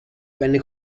venne